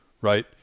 right